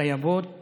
חייבות